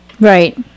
right